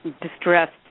distressed